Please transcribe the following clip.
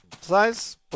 size